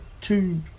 two